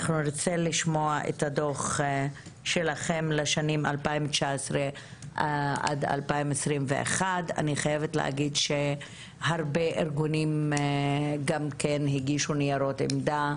אנחנו נרצה לשמוע את הדוח שלכם לשנים 2019 עד 2021. אני חייבת להגיד שהרבה ארגונים הגישו ניירות עמדה.